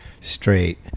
straight